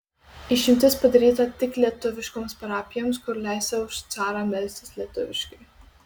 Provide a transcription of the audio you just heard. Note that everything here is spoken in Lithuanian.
išimtis padaryta tik lietuviškoms parapijoms kur leista už carą melstis lietuviškai